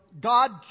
God